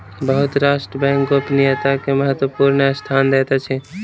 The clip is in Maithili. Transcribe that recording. बहुत राष्ट्र बैंक गोपनीयता के महत्वपूर्ण स्थान दैत अछि